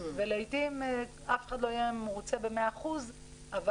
ולעיתים אף אחד לא יהיה מרוצה במאה אחוז אבל